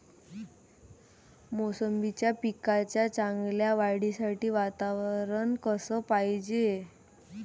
मोसंबीच्या पिकाच्या चांगल्या वाढीसाठी वातावरन कस पायजे?